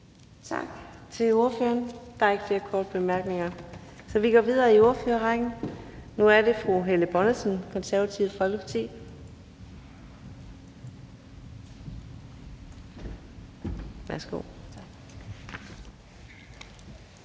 Tak til ordføreren. Der er ikke flere korte bemærkninger, så vi går videre i ordførerrækken. Nu er det fru Helle Bonnesen, Det Konservative Folkeparti.